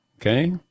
okay